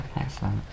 excellent